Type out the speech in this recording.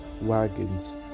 wagons